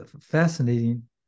fascinating